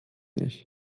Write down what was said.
ich